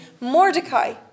Mordecai